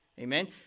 Amen